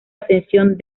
atención